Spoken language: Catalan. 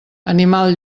animal